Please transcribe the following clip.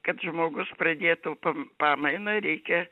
kad žmogus pradėtų pamainą reikia